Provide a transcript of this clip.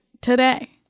today